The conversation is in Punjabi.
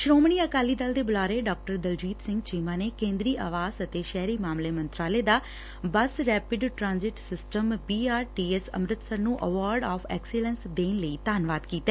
ਸੋਮਣੀ ਅਕਾਲੀ ਦਲ ਦੇ ਬੁਲਾਰੇ ਡਾਕਟਰ ਦਲਜੀਤ ਸਿੰਘ ਚੀਮਾ ਨੇ ਕੇਂਦਰੀ ਆਵਾਸ ਅਤੇ ਸ਼ਹਿਰੀ ਮਾਮਲੇ ਮੰਤਰਾਲੇ ਦਾ bus rapid transit system BRTS Amritsar ਨੂੰ ਐਵਾਰਡ ਆਫ ਐਕਸੇਲੈਂਸ ਦੇਣ ਲਈ ਧੰਨਵਾਦ ਕੀਤਾ